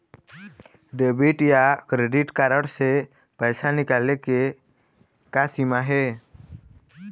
Debit या credit card से पैसा निकाले के का सीमा हे?